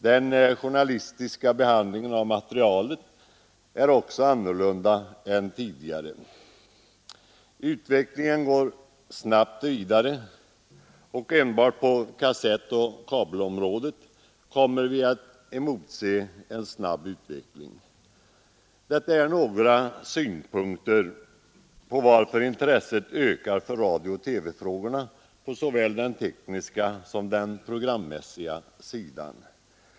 Den journalistiska behandlingen av materialet är också annorlunda än tidigare. Utvecklingen går snabbt vidare, och enbart på kassettoch kabelområdena kan vi emotse detta. Det här är några synpunkter på frågan om varför intresset ökar för radiooch TV-frågorna på såväl den tekniska som den programmässiga sidan.